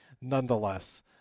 nonetheless